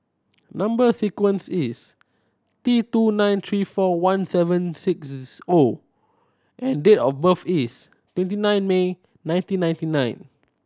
number sequence is T two nine three four one seven six O and date of birth is twenty nine May nineteen ninety nine